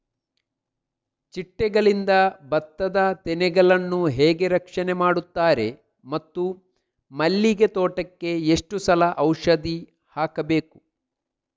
ಚಿಟ್ಟೆಗಳಿಂದ ಭತ್ತದ ತೆನೆಗಳನ್ನು ಹೇಗೆ ರಕ್ಷಣೆ ಮಾಡುತ್ತಾರೆ ಮತ್ತು ಮಲ್ಲಿಗೆ ತೋಟಕ್ಕೆ ಎಷ್ಟು ಸಲ ಔಷಧಿ ಹಾಕಬೇಕು?